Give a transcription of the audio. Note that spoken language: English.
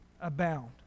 abound